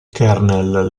kernel